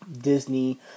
Disney